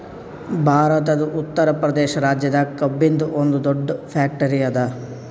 ಭಾರತದ್ ಉತ್ತರ್ ಪ್ರದೇಶ್ ರಾಜ್ಯದಾಗ್ ಕಬ್ಬಿನ್ದ್ ಒಂದ್ ದೊಡ್ಡ್ ಫ್ಯಾಕ್ಟರಿ ಅದಾ